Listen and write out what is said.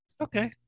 Okay